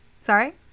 Sorry